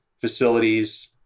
facilities